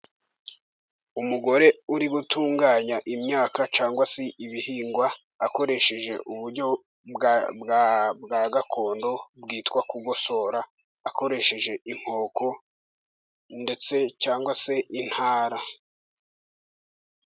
Umugore uri gutunganya imyaka cyangwa se ibihingwa, akoresheje uburyo bwa gakondo bwitwa kugosora, akoresheje inkoko ndetse cyangwa se intara.